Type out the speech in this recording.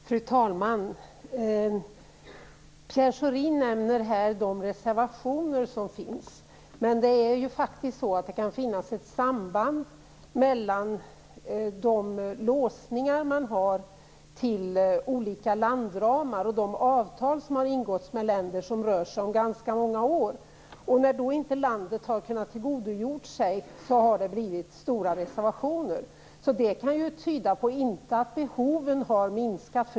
Fru talman! Pierre Schori nämner här de reservationer som finns. Det kan finnas ett samband mellan de låsningar man har till olika landramar och de avtal som har ingåtts med länder som gäller ganska många år. När inte landet har kunnat tillgodogöra sig medlen har det blivit stora reservationer. Det kan inte tyda på att behoven har minskat.